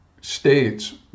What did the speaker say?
states